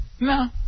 No